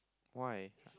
why